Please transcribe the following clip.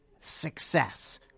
Success